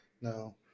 No